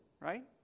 right